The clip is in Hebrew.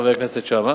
חבר הכנסת שאמה,